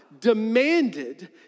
demanded